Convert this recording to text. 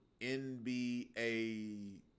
NBA